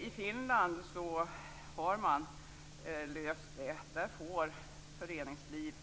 I Finland har man löst detta. Där får föreningslivet,